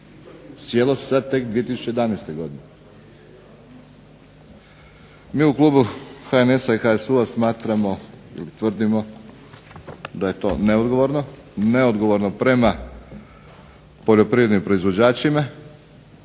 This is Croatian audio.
Sjelo se tek 2011. Godine. Mi u Klubu HNS HSU-a smatramo i tvrdimo da je to neodgovorno prema poljoprivrednim proizvođačima,